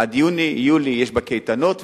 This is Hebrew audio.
עד יוני-יולי יש בקייטנות,